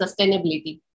sustainability